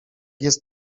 jest